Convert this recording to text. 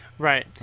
Right